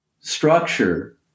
structure